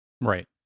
Right